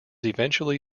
eventually